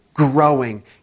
growing